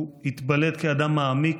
הוא התבלט כאדם מעמיק.